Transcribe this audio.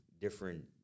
different